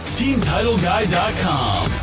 teamtitleguy.com